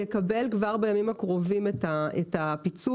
יקבל כבר בימים הקרובים את הפיצוי,